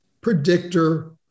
predictor